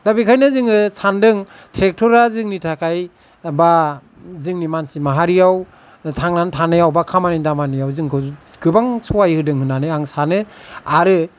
दा बेखायनो जोङो सानदों ट्रेक्टरा जोंनि थाखाय बा जोंनि मानसि माहारियाव थांनानै थानायाव बा खामानि दामानियाव जोंखौ गोबां सहाय होदों होन्नानै आं सानो आरो